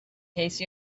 case